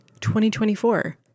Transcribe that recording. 2024